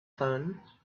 phone